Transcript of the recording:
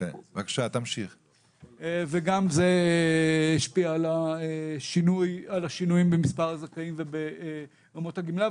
וגם זה השפיע על השינויים במספר הזכאים וברמות הגמלה,